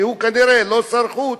שהוא כנראה לא שר חוץ,